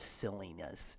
silliness